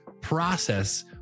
process